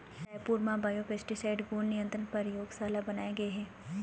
रायपुर म बायोपेस्टिसाइड गुन नियंत्रन परयोगसाला बनाए गे हे